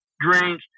drink